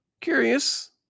Curious